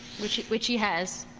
which which he has.